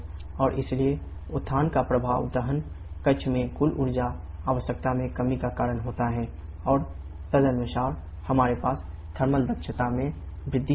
और इसलिए उत्थान दक्षता में वृद्धि होती है